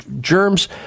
Germs